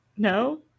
No